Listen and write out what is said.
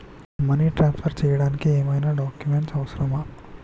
Money transfer చేయడానికి ఏమైనా documents అవసరమా?